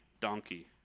donkey